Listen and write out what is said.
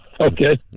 Okay